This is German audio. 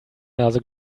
nase